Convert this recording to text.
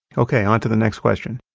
okay, on to the next question.